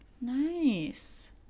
Nice